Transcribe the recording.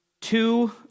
two